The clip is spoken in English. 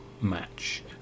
match